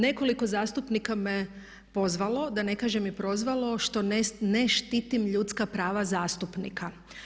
Nekoliko zastupnika me pozvalo da ne kažem i prozvalo što ne štitim ljudska prava zastupnika.